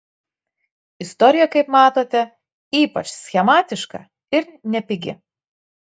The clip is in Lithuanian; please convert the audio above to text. istorija kaip matote ypač schematiška ir nepigi